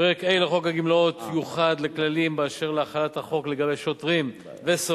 פרק ה' לחוק הגמלאות יוחד לכללים להחלת החוק על שוטרים וסוהרים.